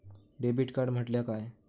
Debit card म्हटल्या काय?